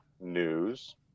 news